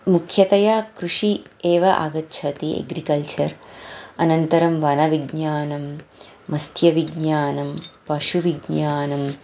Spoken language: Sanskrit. मुख्यतया कृषिः एव आगच्छति एग्रिकल्चर् अनन्तरं वनविज्ञानं मत्स्यविज्ञानं पशुविज्ञानं